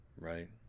right